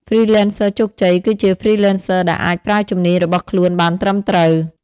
Freelancers ជោគជ័យ គឺជា Freelancers ដែលអាចប្រើជំនាញរបស់ខ្លួនបានត្រឹមត្រូវ។